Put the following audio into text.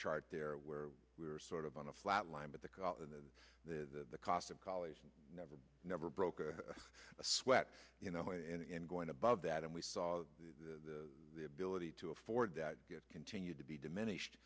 chart there where we're sort of on a flat line but the cotton the the cost of college never never broke a sweat you know and going above that and we saw the the ability to afford that get continued to be diminished